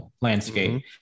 landscape